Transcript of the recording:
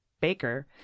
baker